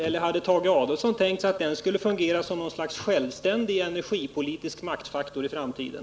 Eller hade Tage Adolfsson tänkt sig att företaget skulle fungera som något slags självständig energipolitisk maktfaktor i framtiden?